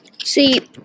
See